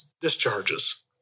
discharges